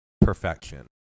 perfection